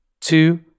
two